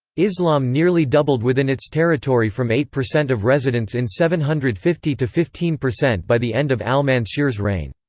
islam nearly doubled within its territory from eight percent of residents in seven hundred and fifty to fifteen percent by the end of al-mansur's reign.